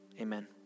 amen